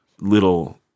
little